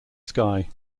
skye